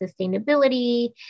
sustainability